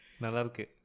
Nalarke